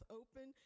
open